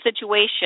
situation